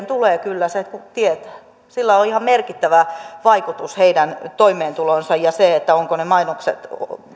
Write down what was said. tulee kyllä se tietää sillä on ihan merkittävä vaikutus heidän toimeentuloonsa ja siihen ovatko ne mainokset